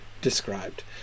described